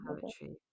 Poetry